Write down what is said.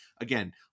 again